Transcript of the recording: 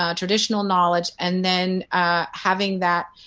um traditional knowledge and then having that